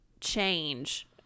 change